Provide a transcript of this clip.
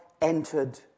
entered